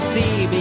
see